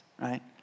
right